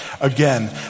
again